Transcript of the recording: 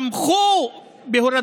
שמתה הדוגמה האישית.